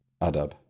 adab